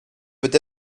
peut